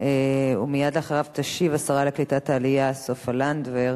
ומייד אחריו תשיב השרה לקליטת העלייה סופה לנדבר.